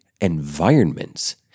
environments